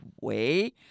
way